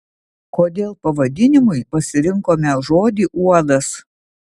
kodėl pavadinimui pasirinkome žodį uodas